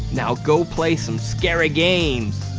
now go play some scary games.